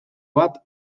bat